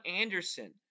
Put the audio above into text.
Anderson